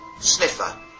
Sniffer